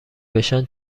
بشن